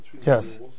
Yes